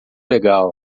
legal